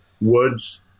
woods